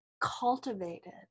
cultivated